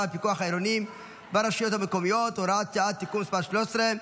והפיקוח העירוני ברשויות המקומיות (הוראת שעה) (תיקון מס' 13),